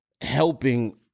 helping